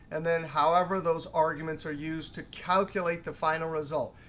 and then however those arguments are used to calculate the final result.